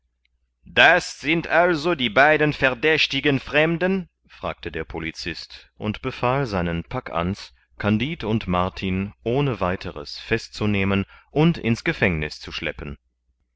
das sind also die beiden verdächtigen fremden fragte der polizist und befahl seinen packan's kandid und martin ohne weiteres festzunehmen und ins gefängniß zu schleppen